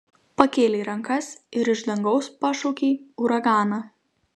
pakėlei rankas ir iš dangaus pašaukei uraganą